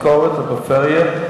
להוסיף משכורת בפריפריה,